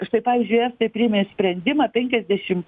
štai pavyzdžiui estai priėmė sprendimą penkiasdešim